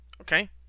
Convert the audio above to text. Okay